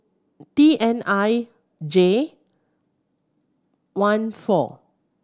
T N I J one four